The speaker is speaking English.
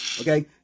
Okay